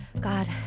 God